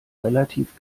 relativ